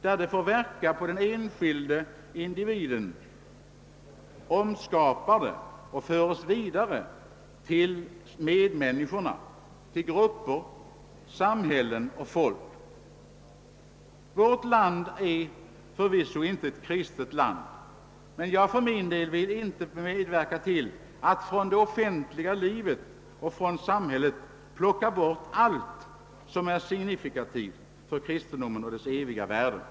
Där det får verka på den enskilde individen omskapar det och föres vidare till medmänniskorna, till grupper, samhällen och folk. Vårt land är förvisso inte något kristet land, men jag vill för min del inte medverka till att från det offentliga livet och samhället plocka bort allt som är signifikativt för kristendom och dess eviga värden.